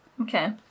Okay